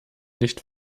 nicht